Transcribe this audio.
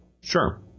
Sure